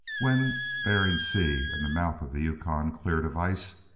when bering sea and the mouth of the yukon cleared of ice,